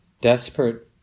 Desperate